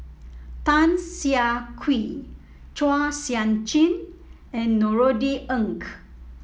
Tan Siah Kwee Chua Sian Chin and Norothy Ng